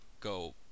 go